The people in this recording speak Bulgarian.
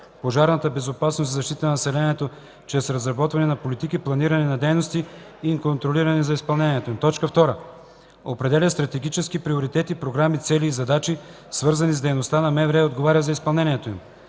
пожарната безопасност и защитата на населението чрез разработване на политики, планиране на дейности и контролиране на изпълнението им; 2. определя стратегически приоритети, програми, цели и задачи, свързани с дейността на МВР и отговаря за изпълнението им;